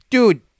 Dude